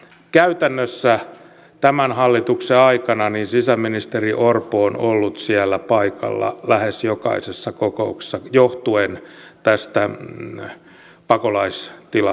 käytännössä tämän hallituksen aikana sisäministeri orpo on ollut siellä paikalla lähes jokaisessa kokouksessa johtuen tästä pakolaistilanteesta